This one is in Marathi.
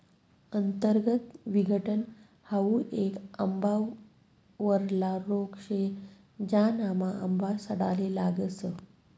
अंतर्गत विघटन हाउ येक आंबावरला रोग शे, ज्यानामा आंबा सडाले लागस